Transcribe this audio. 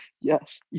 yes